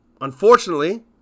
Unfortunately